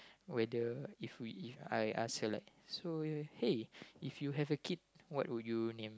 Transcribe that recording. whether if we If I ask her like so hey if you have a kid what would you name